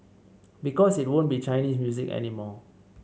because it won't be Chinese music any more